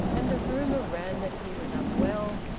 and the rumour ran that he was unwell,